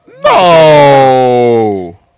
No